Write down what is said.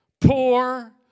poor